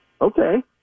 Okay